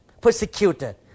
persecuted